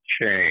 change